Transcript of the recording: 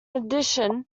addition